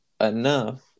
enough